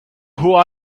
who